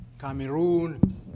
Cameroon